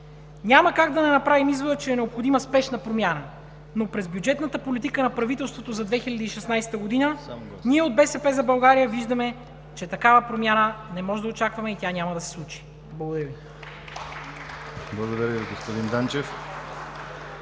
Няма как да не направим извода, че е необходима спешна промяна. Но през бюджетната политика на правителството за 2016 г., ние от БСП за България виждаме, че такава промяна не може да очакваме и тя няма да се случи. Благодаря Ви. ПРЕДСЕДАТЕЛ ДИМИТЪР